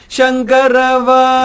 Shankarava